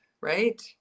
Right